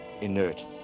Inert